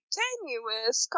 tenuous